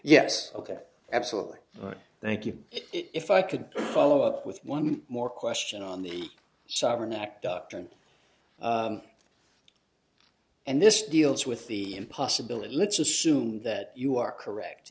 yes ok absolutely but thank you if i could follow up with one more question on the sovereign act doctrine and this deals with the possibility let's assume that you are correct